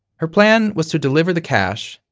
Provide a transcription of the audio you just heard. her plan was to deliver the cash,